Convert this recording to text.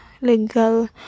legal